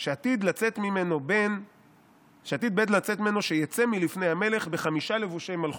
שעתיד בן לצאת ממנו שייצא מלפני המלך בחמישה לבושי מלכות,